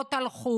בובות על חוט.